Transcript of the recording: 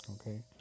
okay